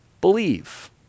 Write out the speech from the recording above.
believe